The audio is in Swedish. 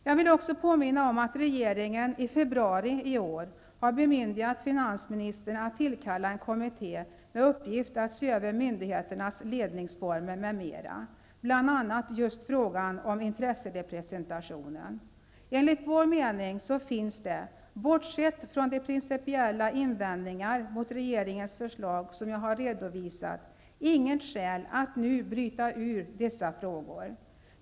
Jag vill också påminna om att regeringen i februari i år har bemyndigat finansministern att tillkalla en kommitté med uppgift att se över myndigheternas ledningsformer m.m., bl.a. just frågan om intresserepresentationen. Enligt vår mening finns det, bortsett från de principiella invändningar mot regeringens förslag som jag har redovisat, inget skäl att nu bryta ut dessa frågor.